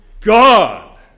God